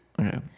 Okay